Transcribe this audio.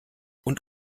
und